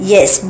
Yes